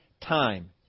time